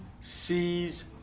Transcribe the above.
sees